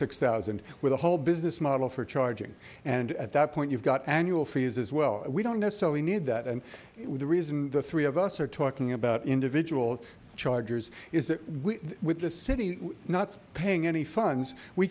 six thousand with a whole business model for charging and at that point you've got annual fees as well we don't necessarily need that and the reason the three of us are talking about individual chargers is that with the city not paying any funds we